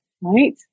right